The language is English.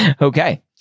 Okay